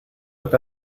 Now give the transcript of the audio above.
está